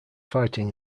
fighting